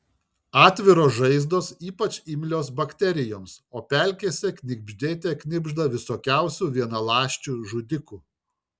atviros žaizdos ypač imlios bakterijoms o pelkėse knibždėte knibžda visokiausių vienaląsčių žudikų